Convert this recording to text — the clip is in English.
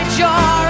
jar